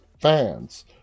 fans